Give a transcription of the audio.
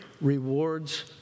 rewards